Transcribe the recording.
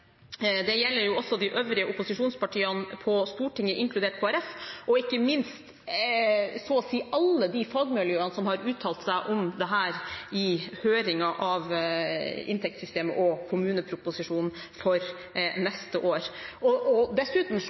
Det gjelder også de øvrige opposisjonspartiene på Stortinget, inkludert Kristelig Folkeparti, og ikke minst så å si alle fagmiljøene som har uttalt seg om dette i høringen om inntektssystemet og kommuneproposisjonen for neste år. Dessuten slår dette forslaget ut i hytt og